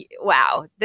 wow